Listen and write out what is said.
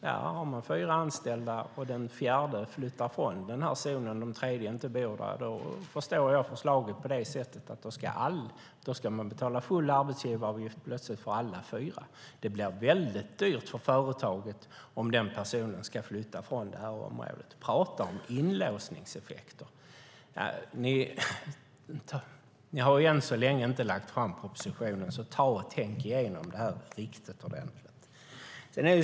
Ja, har man fyra anställda och den fjärde flyttar från den zonen och de tre inte bor där, då förstår jag förslaget så att företaget plötsligt ska betala full arbetsgivaravgift för alla fyra. Det blir väldigt dyrt för företaget om den personen ska flytta från det här området. Prata om inlåsningseffekter! Ni har än så länge inte lagt fram propositionen, så ta och tänk igenom detta riktigt ordentligt!